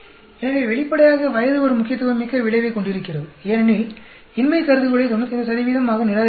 எனவே வெளிப்படையாக வயது ஒரு முக்கியத்துவமிக்க விளைவைக் கொண்டிருக்கிறது ஏனெனில் இன்மை கருதுகோளை 95 ஆக நிராகரிக்க வேண்டும்